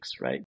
right